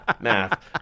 math